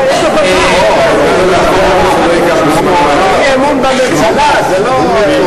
ככה אתה פוגע בי.